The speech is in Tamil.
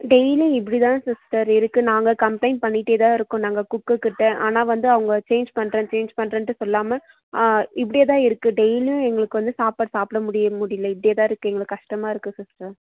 டெய்லி இப்படிதான் சிஸ்டர் இருக்குது நாங்கள் கம்ப்ளைண்ட் பண்ணிகிட்டேதான் இருக்கோம் நாங்கள் குக்குகிட்ட ஆனால் வந்து அவங்க சேஞ்ச் பண்ணுறேன் சேஞ்ச் பண்றேன்ட்டு சொல்லாமல் இப்படியேதான் இருக்குது டெய்லியும் எங்களுக்கு வந்து சாப்பாடு சாப்பிட முடி முடியல இப்படியேதான் இருக்குது எங்களுக்கு கஷ்டமாக இருக்குது சிஸ்டர்